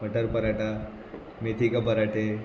butter paratha मेथी का पराटे